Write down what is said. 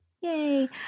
Yay